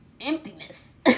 emptiness